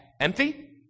empty